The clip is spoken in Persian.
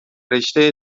رشته